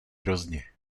hrozně